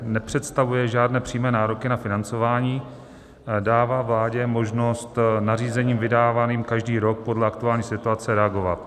Nepředstavuje žádné přímé nároky na financování, dává vládě možnost nařízením vydávaným každý rok podle aktuální situace reagovat.